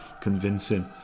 convincing